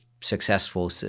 successful